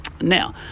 Now